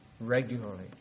Regularly